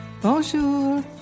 Bonjour